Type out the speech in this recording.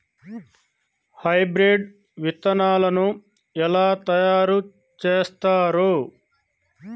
Hybrid విత్తనాలను ఎలా తయారు చేస్తారు?